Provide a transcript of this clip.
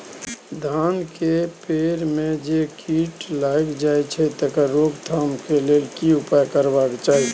बैंगन के पेड़ म जे कीट लग जाय छै तकर रोक थाम के लेल की उपाय करबा के चाही?